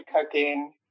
cooking